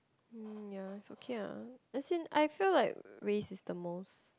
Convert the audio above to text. hmm ya it's okay lah as in like I feel like race is the most